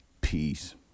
Peace